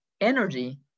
energy